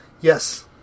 Yes